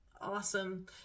awesome